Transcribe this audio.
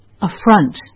affront